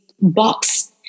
box